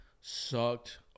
Sucked